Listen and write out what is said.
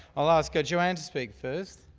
i'll ask joanne to speak first.